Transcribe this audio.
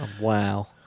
Wow